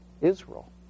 Israel